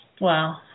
Wow